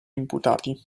imputati